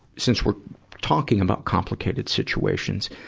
since we're talking about complicated situations,